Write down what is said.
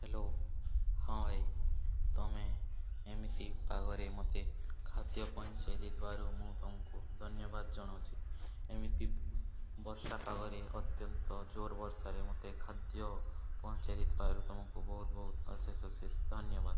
hello ହଁ ଭାଇ ତୁମେ ଏମିତି ପାଗରେ ମୋତେ ଖାଦ୍ୟ ପହଞ୍ଚେଇ ଦେଇଥିବାରୁ ମୁଁ ତୁମକୁ ଧନ୍ୟବାଦ ଜଣଉଛି ଏମିତି ବର୍ଷାପାଗରେ ଅତ୍ୟନ୍ତ ଜୋର ବର୍ଷାରେ ମୋତେ ଖାଦ୍ୟ ପହଞ୍ଚାଇ ଦେଇଥିବାରୁ ତୁମକୁ ବହୁତ ବହୁତ ଅଶେଷ ଅଶେଷ ଧନ୍ୟବାଦ